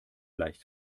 gleich